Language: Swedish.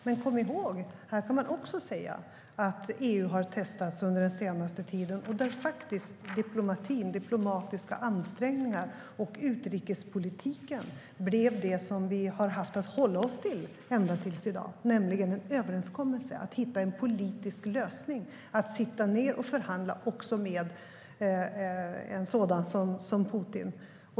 Men kom ihåg att man även här kan säga att EU har testats den senaste tiden och att diplomati, diplomatiska ansträngningar och utrikespolitik blev till det som vi har haft att hålla oss till ända till i dag, nämligen en överenskommelse, att hitta en politisk lösning, att sitta ned och förhandla också med en sådan som Putin.